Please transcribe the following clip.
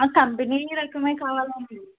company రకమే కావాలండి